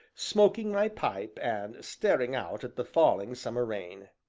smoking my pipe, and staring out at the falling summer rain.